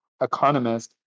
economist